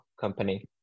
company